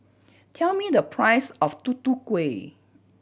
tell me the price of Tutu Kueh